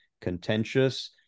contentious